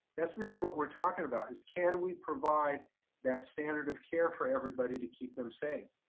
that's really what we're talking about is can we provide that standard of care for everybody to keep them safe?